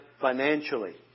financially